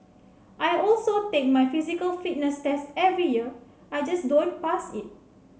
I also take my physical fitness test every year I just don't pass it